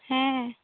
ᱦᱮᱸ